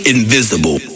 Invisible